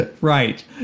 Right